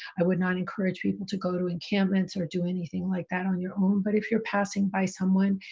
i would not encourage people to go to encampments or do anything like that on your own, but if you're passing by someone,